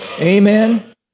Amen